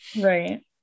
right